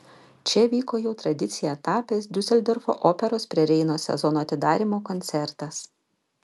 čia vyko jau tradicija tapęs diuseldorfo operos prie reino sezono atidarymo koncertas